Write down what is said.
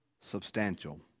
substantial